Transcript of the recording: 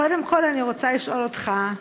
קודם כול, אני רוצה לשאול אותך,